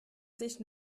sich